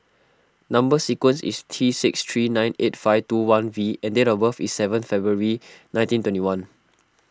Number Sequence is T six three nine eight five two one V and date of birth is seventh February nineteen twenty one